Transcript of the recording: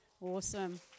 Awesome